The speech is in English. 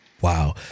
Wow